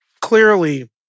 clearly